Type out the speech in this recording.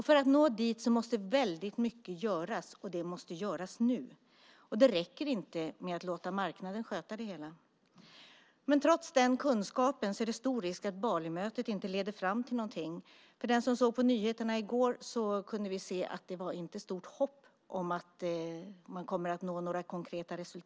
För att nå dit måste väldigt mycket göras, och det måste göras nu . Det räcker inte att låta marknaden sköta det hela. Trots den kunskapen är risken stor att Balimötet inte leder fram till någonting. Den som i går såg på nyheterna kunde se att det inte finns stort hopp om att konkreta resultat kommer att nås.